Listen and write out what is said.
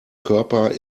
körper